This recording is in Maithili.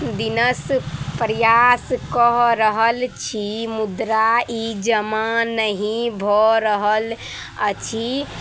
दिनसँ प्रयास कऽ रहल छी मुदा ई जमा नहि भऽ रहल अछि